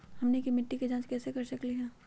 हमनी के मिट्टी के जाँच कैसे कर सकीले है?